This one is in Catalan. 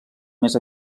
més